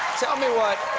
tell me what